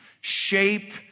shape